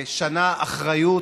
שנה אחריות